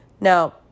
Now